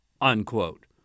unquote